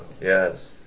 Yes